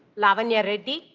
lava nariti.